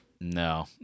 No